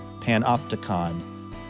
panopticon